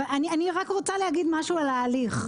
אני רוצה להגיד משהו על ההליך.